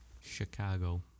Chicago